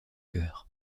vainqueurs